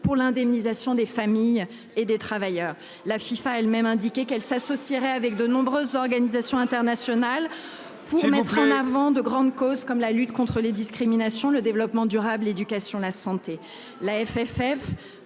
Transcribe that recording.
pour l'indemnisation des familles et des travailleurs. La Fifa a elle-même indiqué qu'elle s'associerait avec de nombreuses organisations internationales pour mettre en avant de grandes causes comme la lutte contre les discriminations, le développement durable, l'éducation, la santé.